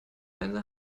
eine